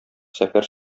сәфәр